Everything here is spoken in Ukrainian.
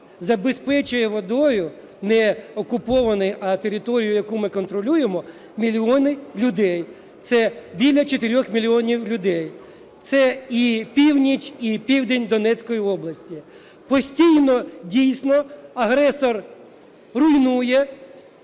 забезпечує водою не окупований, а територію, яку ми контролюємо, мільйони людей, це біля 4 мільйонів людей. Це і північ, і південь Донецької області. Постійно дійсно агресор руйнує,